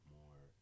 more